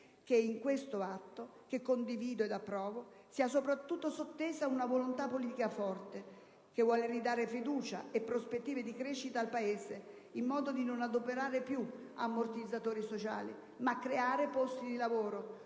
che in questo atto, che condivido e approvo, sia soprattutto sottesa una volontà politica forte che vuole ridare fiducia e prospettive di crescita al Paese, in modo da non adoperare più ammortizzatori sociali, ma creare posti di lavoro;